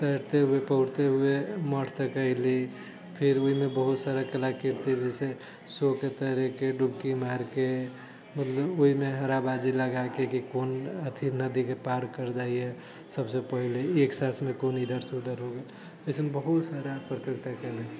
तैरते हुए पौरते हुए मठ तक ऐली फिर ओहिमे बहुत सारा कलाकृति जैसे सोके तैरेके डुबकी मारके मतलब ओहिमे हारा बाजी लगाके कि कोन अथि नदीके पार कर जाइया सभसँ पहिले एक साँसमे कोन इधर से उधर हो गेल ऐसन बहुत सारा प्रतियोगिता कैले छी